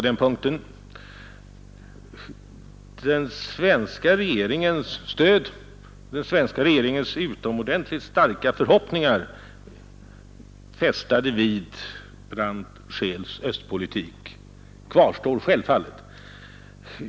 De utomordentligt starka förhoppningar som den svenska regeringen fäster vid Brandt-Scheels östpolitik kvarstår självfallet.